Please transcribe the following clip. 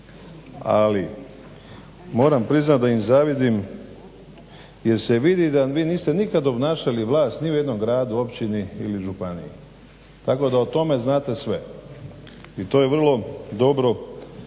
ali moram priznat da im zavidim jer se vidi da vi niste nikad obnašali vlast ni u jednom gradu, općini ili županiji tako da o tome znate sve i to je vrlo dobro